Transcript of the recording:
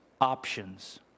options